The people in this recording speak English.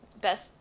best